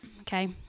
Okay